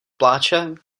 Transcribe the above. pláče